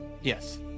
Yes